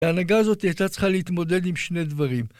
ההנהגה הזאת הייתה צריכה להתמודד עם שני דברים: